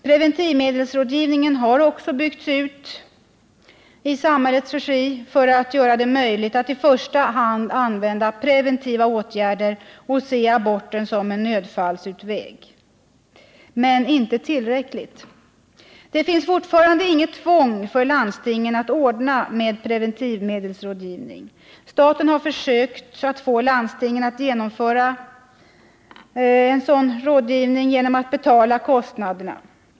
Preventivmedelsrådgivningen har också byggts ut i samhällets regi för att göra det möjligt att i första hand använda preventiva åtgärder och se aborten som en nödfallsutväg — men inte tillräckligt. Det finns fortfarande inget tvång för landstingen att ordna med preventivmedelsrådgivning. Staten har försökt att få landstingen att genomföra en sådan rådgivning genom att betala kostnaderna.